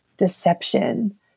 deception